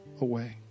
away